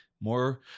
more